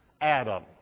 Adam